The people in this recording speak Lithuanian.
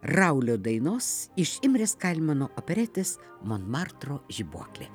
raulio dainos iš imrės kalmano operetės monmartro žibuoklė